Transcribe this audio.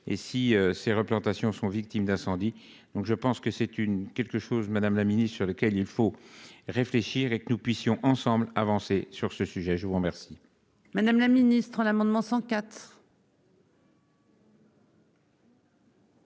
et si ces replantations sont victimes d'incendies. Donc je pense que c'est une quelque chose Madame la Ministre sur lequel il faut réfléchir et que nous puissions, ensemble, avancer sur ce sujet, je vous remercie. Madame la Ministre, l'amendement 104.